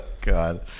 God